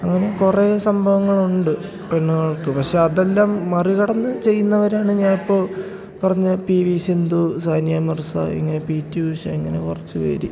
അങ്ങനെ കുറേ സംഭവങ്ങളുണ്ട് പെണ്ണുകൾക്ക് പക്ഷേ അതെല്ലാം മറികടന്ന് ചെയ്യുന്നവരാണ് ഞാൻ ഇപ്പോൾ പറഞ്ഞ പി വി സിന്ധു സാനിയ മിർസ ഇങ്ങനെ പി ടി ഉഷ ഇങ്ങനെ കുറച്ചു പേർ